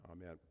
Amen